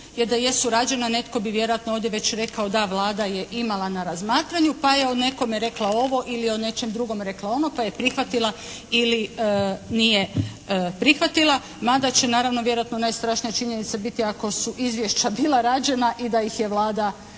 jer da jesu rađena netko bi vjerojatno ovdje već rekao da Vlada je imala na razmatranju pa je o nekome rekla ovo ili o nečem drugom rekla ono. To je prihvatila ili nije prihvatila, mada će naravno vjerojatno najstrašnija činjenica biti ako su izvješća bila rađena i da ih je Vlada prihvatila,